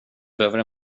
behöver